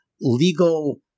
legal